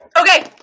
Okay